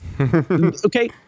Okay